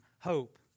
Hope